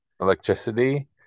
electricity